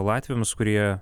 latviams kurie